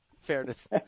Fairness